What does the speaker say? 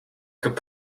could